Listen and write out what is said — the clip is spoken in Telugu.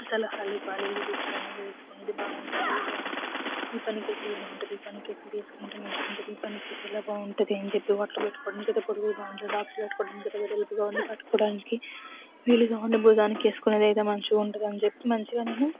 సలహాలు ఇవ్వాలి ఇది తీసుకోండి ఇది తీసుకోండి ఇది బాగుంటుంది ఇది బాగుంటుంది ఈ పనికైతే ఇది బాగుంటుంది ఈ పనికైతే ఇది వేసుకుంటే మంచిగుంటుంది ఈ పనికైతే ఇలా బాగుంటుంది అని చెప్పి బట్టలు పెట్టుకోడానికైతే పొడుగుది బాగుంటుంది బాక్సులు పెట్టుకోడానికైతే వెడల్పుగా ఉండి పట్టుకోడానికి వీలుగా ఉండి భుజానికి వేసుకునేదైతే మంచిగా ఉంటుంది అని చెప్పి మంచిగా నేను